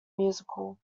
musical